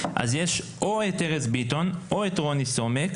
בו יש את ארז ביטון או את רוני סומק